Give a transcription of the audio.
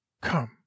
Come